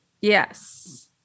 Yes